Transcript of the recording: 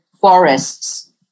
forests